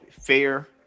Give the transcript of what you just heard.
fair